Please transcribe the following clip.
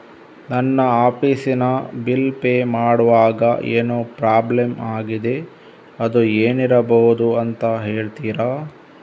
ನನ್ನ ಆಫೀಸ್ ನ bill pay ಮಾಡ್ವಾಗ ಏನೋ ಪ್ರಾಬ್ಲಮ್ ಆಗಿದೆ ಅದು ಏನಿರಬಹುದು ಅಂತ ಹೇಳ್ತೀರಾ?